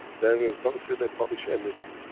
then will come and say, they publish anything.